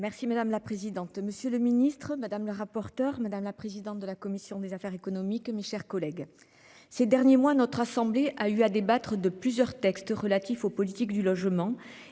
Merci madame la présidente. Monsieur le Ministre, madame le rapporteur, madame la présidente de la commission des affaires économiques, mais chers collègues ces derniers mois notre assemblée a eu à débattre de plusieurs textes, relatifs aux politiques du logement